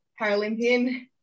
Paralympian